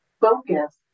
focus